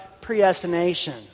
predestination